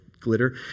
glitter